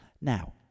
now